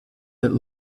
that